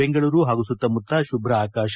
ಬೆಂಗಳೂರು ಪಾಗೂ ಸುತ್ತಮುತ್ತ ಶುಭ್ರ ಆಕಾಶ